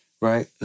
right